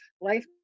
life